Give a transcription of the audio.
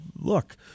look